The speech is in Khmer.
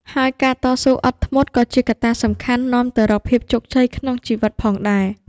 ហើយការតស៊ូ អត់ធ្មត់ ក៏ជាកត្តាសំខាន់នាំទៅរកភាពជោគជ័យក្នុងជីវិតផងដែរ។